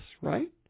right